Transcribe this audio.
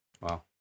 Wow